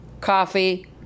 coffee